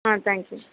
ah thank you